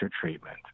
treatment